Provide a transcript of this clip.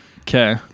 Okay